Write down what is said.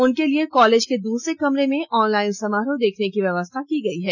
उनके लिए कॉलेज के दूसरे कमरे में ऑनलाइन समारोह देखने की व्यवस्था की गई है